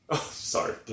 Sorry